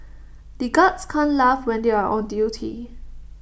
the guards can't laugh when they are on duty